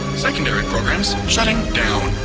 secondary programs shutting down.